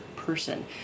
person